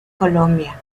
colombia